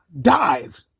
dived